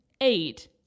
eight